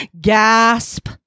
gasp